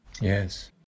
Yes